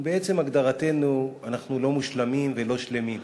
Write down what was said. ובעצם הגדרתנו אנחנו לא מושלמים ולא שלמים.